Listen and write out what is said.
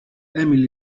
emil